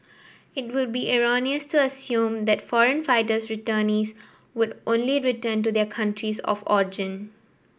it would be erroneous to assume that foreign fighter returnees would only return to their countries of origin